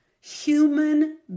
Human